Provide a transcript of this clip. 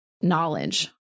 knowledge